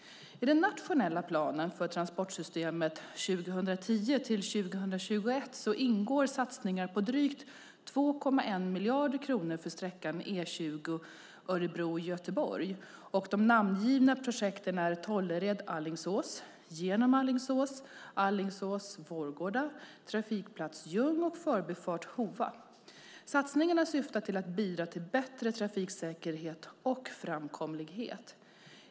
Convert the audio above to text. I den nationella planen för transportsystemet 2010-2021 ingår satsningar på drygt 2,1 miljarder kronor för sträckan E20 Örebro-Göteborg och de namngivna projekten är: Tollered-Alingsås, Genom Alingsås, Alingsås-Vårgårda, Trafikplats Jung och Förbifart Hova. Satsningarna syftar till att bidra till bättre trafiksäkerhet och framkomlighet.